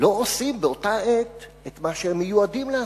לא עושים באותה עת את מה שהם מיועדים לעשות: